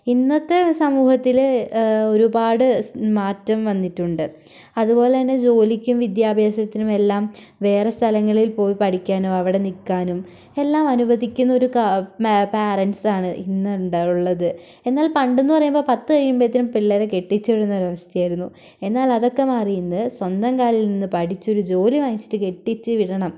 ഇന്നത്തെ സമൂഹത്തിൽ ഒരുപാട് മാറ്റം വന്നിട്ടുണ്ട് അതുപോലെ തന്നെ ജോലിക്കും വിദ്യാഭ്യാസത്തിനും എല്ലാം വേറെ സ്ഥലങ്ങളിൽ പോയി പഠിക്കാനും അവിടെ നിൽക്കാനും എല്ലാം അനുവദിക്കുന്ന പേരെന്റസ് ആണ് ഇന്ന് ഉണ്ട് ഉള്ളത് എന്നാൽ പണ്ടെന്ന് പറയുമ്പോൾ പത്ത് കഴിയുമ്പോഴത്തേനും പിള്ളേരെ കെട്ടിച്ചു വിടുന്ന ഒരു അവസ്ഥ ആയിരുന്നു എന്നാൽ അതൊക്കെ മാറി ഇന്ന് സ്വന്തം കാലിൽ നിന്ന് പഠിച്ച് ഒരു ജോലി വാങ്ങിച്ചിട്ട് കെട്ടിച്ച് വിടണം